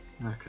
Okay